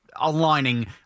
aligning